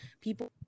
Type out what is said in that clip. people